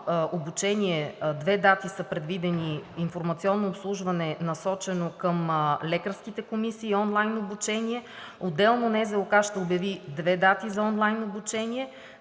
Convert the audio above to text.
обучение – две дати са предвидени, „Информационно обслужване“, насочено към лекарските комисии и онлайн обучение. Отделно НЗОК ще обяви две дати за онлайн обучение,